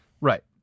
Right